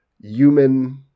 human